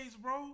bro